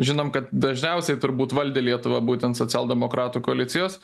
žinom kad dažniausiai turbūt valdė lietuvą būtent socialdemokratų koalicijos